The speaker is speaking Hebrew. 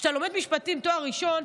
כשאתה לומד משפטים לתואר ראשון,